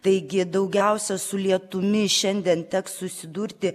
taigi daugiausia su lietumi šiandien teks susidurti